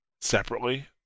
separately